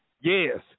Yes